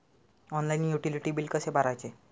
Online utility बिले कसे भरायचे?